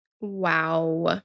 Wow